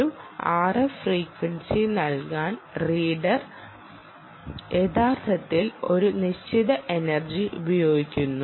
ഒരു RF frequency നൽകാൻ reader യഥാർത്ഥത്തിൽ ഒരു നിശ്ചിത എനർജി ഉപയോഗിക്കുന്നു